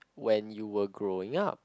when you were growing up